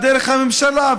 דרך הממשלה,